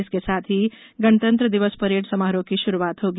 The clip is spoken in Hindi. इसके साथ ही गणतंत्र दिवस परेड समारोह की शुरूआत होगी